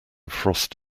frost